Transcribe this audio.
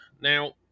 now